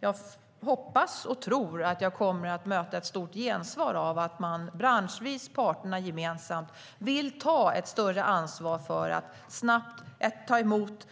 Jag hoppas och tror att jag kommer att möta ett stort gensvar så att parterna branschvis och gemensamt vill ta ett större ansvar för att snabbt ta emot